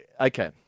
Okay